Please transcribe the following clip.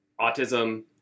autism